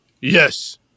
yes